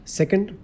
second